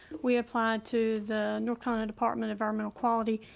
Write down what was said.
we applied to the north carolina department of um mental quality.